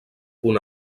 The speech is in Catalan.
punt